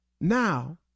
Now